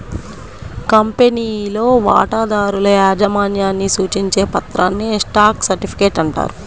కంపెనీలో వాటాదారుల యాజమాన్యాన్ని సూచించే పత్రాన్నే స్టాక్ సర్టిఫికేట్ అంటారు